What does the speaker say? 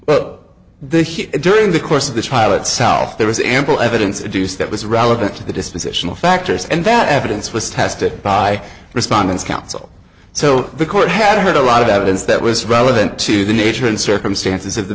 hear during the course of the trial itself there was ample evidence a deuce that was relevant to the dispositional factors and that evidence was tested by respondents counsel so the court had heard a lot of evidence that was relevant to the nature and circumstances of the